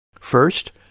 First